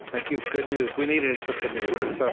thank you, good news. we needed some good news